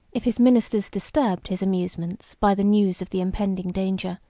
if his ministers disturbed his amusements by the news of the impending danger,